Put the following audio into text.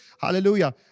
Hallelujah